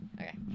Okay